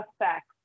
effects